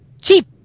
cheap